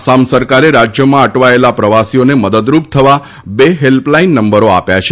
આસામ સરકારે રાજ્યમાં અટવાયેલા પ્રવાસીઓને મદદરૂપ થવા બે હેલ્પલાઇન નંબરો આપ્યા છે